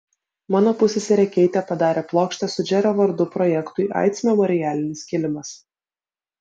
mano pusseserė keitė padarė plokštę su džerio vardu projektui aids memorialinis kilimas